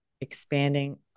expanding